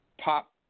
Pop